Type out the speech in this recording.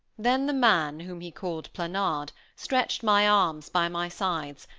then the man, whom he called planard, stretched my arms by my sides,